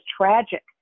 tragic